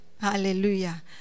Hallelujah